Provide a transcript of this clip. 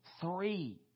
three